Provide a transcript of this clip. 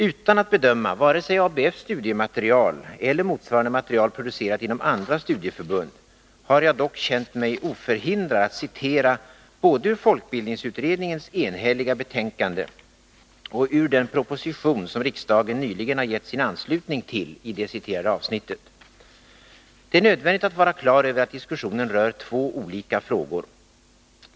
Utan att bedöma vare sig ABF:s studiematerial eller motsvarande material producerat inom andra studieförbund har jag dock känt mig oförhindrad att citera både ur folkbildningsutredningens enhälliga betänkande och ur den proposition som riksdagen nyligen gett sin anslutning till i det citerade avsnittet. Det är nödvändigt att vara klar över att diskussionen rör två olika frågor.